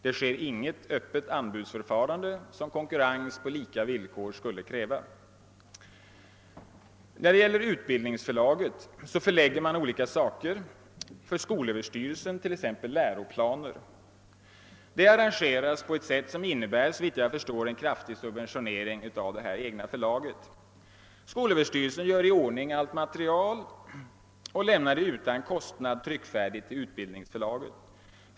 Det sker inget öppet anbudsförfarande, vilket konkurrens på lika villkor skulle kräva. Utbildningsförlaget förlägger olika trycksaker för skolöverstyrelsens räkning, t.ex. läroplaner. Detta arrangeras på ett sätt som såvitt jag förstår innebär en kraftig subventionering av det egna förlaget. Skolöverstyrelsen gör i ordning allt material och lämnar det utan kostnad tryckfärdigt till Utbildningsförlaget.